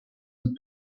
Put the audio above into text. und